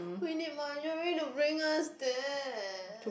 we need Marjorie to bring us there